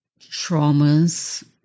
traumas